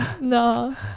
No